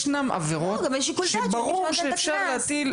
יש עבירות שברור שאפשר להטיל.